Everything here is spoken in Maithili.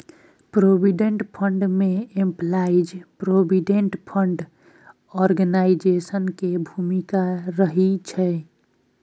प्रोविडेंट फंड में एम्पलाइज प्रोविडेंट फंड ऑर्गेनाइजेशन के भूमिका रहइ छइ